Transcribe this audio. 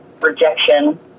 rejection